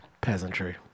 Peasantry